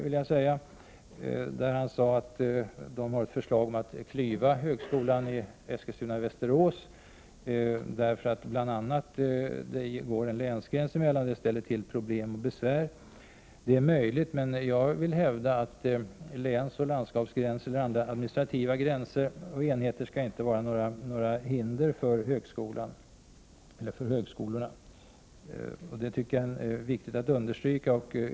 Han sade nämligen att det finns ett förslag om att klyva högskolan i Eskilstuna Västerås, bl.a. därför att det går en länsgräns däremellan och att det ställer till problem och besvär. Det är möjligt, men jag vill hävda att länsoch landskapsgränser liksom andra administrativa gränser och enheter inte skall vara några hinder för högskolorna. Det tycker jag är viktigt att understryka.